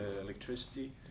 electricity